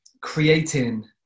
creating